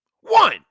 one